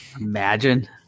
Imagine